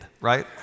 right